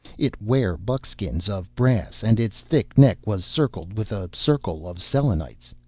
it ware buskins of brass, and its thick neck was circled with a circle of selenites.